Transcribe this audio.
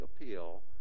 appeal